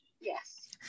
yes